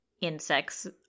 insects